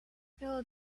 build